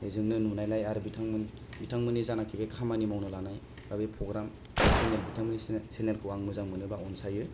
बेजोंनो नुनायलाय आरो बिथांमोन बिथांमोननि जानाखि बे खामानि मावनो लानाय बा बे प्रग्राम बा चेनेल बिथांमोननि चेनेल खौ आङो मोजां मोनो बा अनसायो